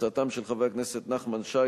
הצעותיהם של חברי הכנסת נחמן שי,